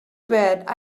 bet